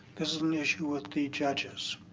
this is an issue with the judges.